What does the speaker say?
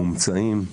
מומצאים,